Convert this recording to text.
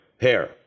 hair